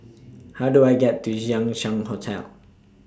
How Do I get to Chang Ziang Hotel